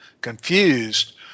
confused